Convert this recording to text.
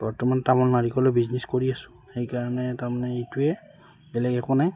বৰ্তমান তামল নাৰিকলৰ বিজনেছ কৰি আছো সেইকাৰণে তাৰমানে এইটোৱে বেলেগ একো নাই